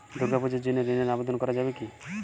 দুর্গাপূজার জন্য ঋণের আবেদন করা যাবে কি?